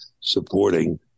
supporting